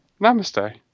namaste